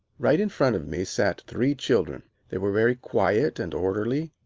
right in front of me sat three children. they were very quiet and orderly.